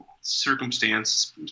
circumstance